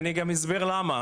אני גם אסביר למה.